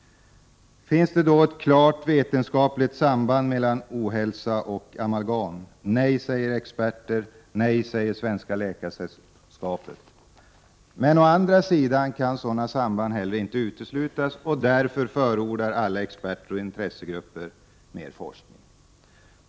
Finns då ett klarlagt vetenskapligt samband mellan ohälsa och amalgam? Nej, säger experter. Nej, säger Svenska läkarsällskapet. Men å andra sidan kan sådana samband heller inte uteslutas, och därför förordar alla experter och intressegrupper mer forskning.